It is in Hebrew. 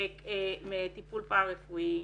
טיפול פארא-רפואי.